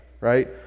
right